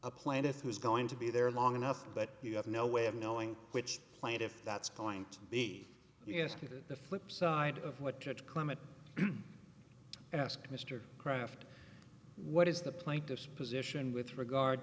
a plaintiff who's going to be there long enough but you have no way of knowing which plaintiff that's going to be you ask the flip side of what judge clement asked mr craft what is the plaintiff's position with regard